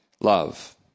love